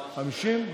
50?